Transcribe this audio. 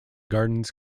gardens